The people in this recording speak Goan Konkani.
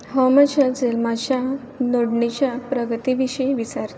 हांव म्हज्या जल्माचे नोंदणीचे प्रगतीविशीं विचारतां